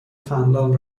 فنلاند